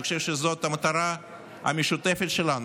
אני חושב שזאת המטרה המשותפת שלנו,